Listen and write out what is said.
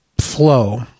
flow